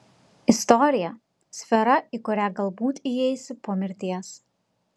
istorija sfera į kurią galbūt įeisi po mirties